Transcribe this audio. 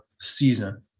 season